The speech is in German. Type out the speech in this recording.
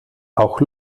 auch